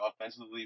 offensively